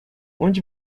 onde